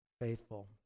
faithful